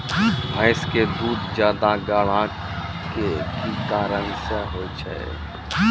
भैंस के दूध ज्यादा गाढ़ा के कि कारण से होय छै?